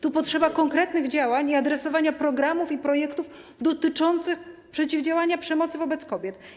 Tu potrzeba konkretnych działań i adresowania programów i projektów dotyczących przeciwdziałania przemocy wobec kobiet.